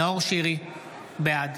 בעד